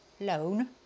loan